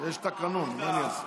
יש תקנון, מה אני אעשה?